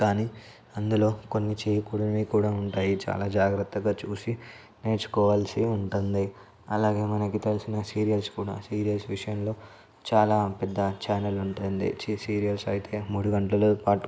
కానీ అందులో కొన్ని చేయకూడనివి కూడా ఉంటాయి చాలా జాగ్రత్తగా చూసి నేర్చుకోవాల్సి ఉంటుంది అలాగే మనకి తెలిసిన సీరియల్స్ కూడా సీరియల్స్ విషయంలో చాలా పెద్ద ఛానల్ ఉంటుంది ఛీ సీరియల్స్ అయితే మూడు గంటలు పాటు